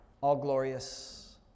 all-glorious